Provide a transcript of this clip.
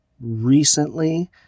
recently